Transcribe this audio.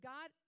God